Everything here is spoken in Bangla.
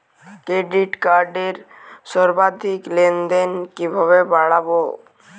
ক্রেডিট কার্ডের সর্বাধিক লেনদেন কিভাবে বাড়াবো?